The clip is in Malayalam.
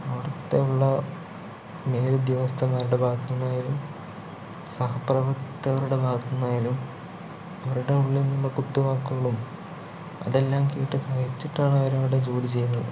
അടുത്തുള്ള മേലുദ്യോഗസ്ഥന്മാരുടെ ഭാഗത്തുന്നായാലും സഹപ്രവർത്തകരുടെ ഭാഗത്തു നിന്നായാലും അവരുടെ ഉള്ളിൽ നിന്നുള്ള കുത്തു വാക്കുകളും അതെല്ലാം കേട്ട് സഹിച്ചിട്ടാണ് അവരവിടെ ജോലി ചെയ്യുന്നത്